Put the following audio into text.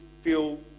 feel